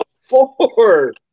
Four